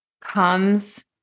comes